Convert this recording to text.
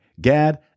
Gad